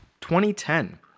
2010